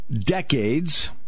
decades